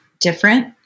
different